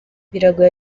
biragoye